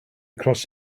across